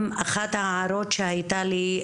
גם אחת ההערות שהיתה לי,